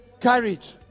courage